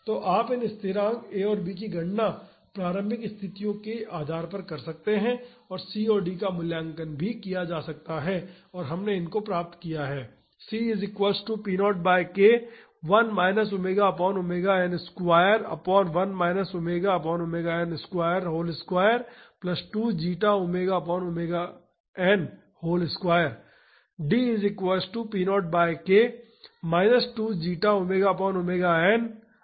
तो आप इन स्थिरांक A और B की गणना प्रारंभिक स्थितियों का उपयोग करके कर सकते हैं और C और D का मूल्यांकन भी किया जा सकता है और हमने इसको प्राप्त किया है